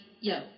yo